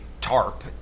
tarp